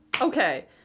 Okay